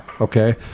Okay